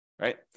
right